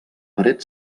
paret